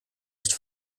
nicht